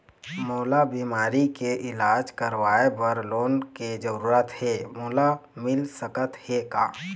मोला बीमारी के इलाज करवाए बर लोन के जरूरत हे मोला मिल सकत हे का?